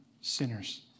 sinners